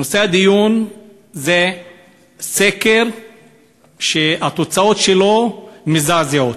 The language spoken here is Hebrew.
נושא הדיון זה סקר שהתוצאות שלו מזעזעות.